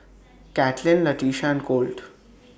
Katlin Latisha and Colt